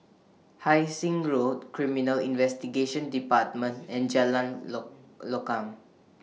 Hai Sing Road Criminal Investigation department and Jalan Lokam